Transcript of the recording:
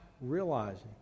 realizing